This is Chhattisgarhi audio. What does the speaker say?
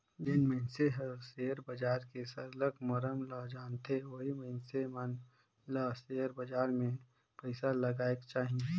जेन मइनसे हर सेयर बजार के सरलग मरम ल जानथे ओही मइनसे मन ल सेयर बजार में पइसा लगाएक चाही